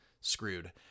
screwed